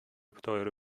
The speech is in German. teure